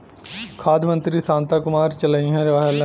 खाद्य मंत्री शांता कुमार चललइले रहलन